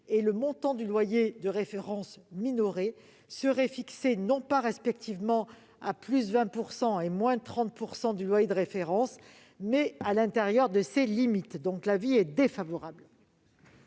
et le montant du loyer de référence minoré seraient fixés non pas respectivement à plus 20 % et moins 30 % du loyer de référence, mais à l'intérieur de ces limites. L'avis est donc défavorable.